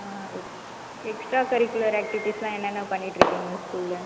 ஆ ex extra curricular ஆக்டிவிட்டீஸ்லாம் என்னென்ன பண்ணிகிட்ருக்கீங்க ஸ்கூலில்